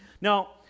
Now